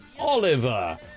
Oliver